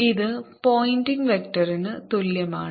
ഇത് പോയിന്റിംഗ് വെക്റ്ററിന് തുല്യമാണ്